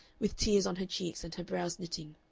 with tears on her cheeks, and her brows knitting,